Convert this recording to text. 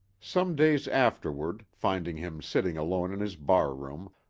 some days afterward, finding him sitting alone in his barroom,